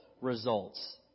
results